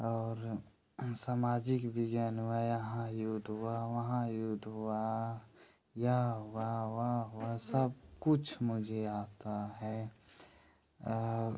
और समाजिक विज्ञान हुआ यहाँ युद्ध हुआ वहाँ युद्ध हुआ यहाँ हुआ वहाँ हुआ सब कुछ मुझे आता है और